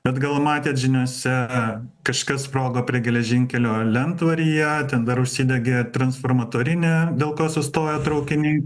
bet gal matėt žiniose kažkas sprogo prie geležinkelio lentvaryje ten dar užsidegė transformatorinė dėl ko sustojo traukiniai